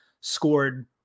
scored